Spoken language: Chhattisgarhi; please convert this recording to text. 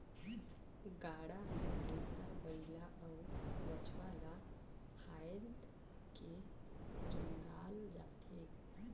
गाड़ा मे भइसा बइला अउ बछवा ल फाएद के रेगाल जाथे